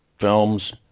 films